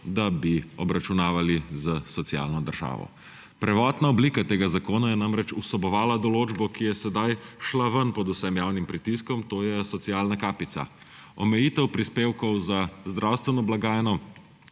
da bi obračunavali s socialno državo. Prvotna oblika tega zakona je namreč vsebovala določbo, ki je sedaj šla ven pod vsem javnim pritiskom, to je socialna kapica, omejitev prispevkov za zdravstveno blagajno